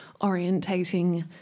orientating